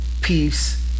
peace